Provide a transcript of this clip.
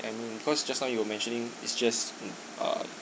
and because just now you were mentioning is just uh